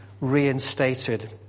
reinstated